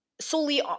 solely